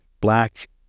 black